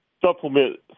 supplement